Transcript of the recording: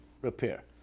repair